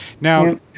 Now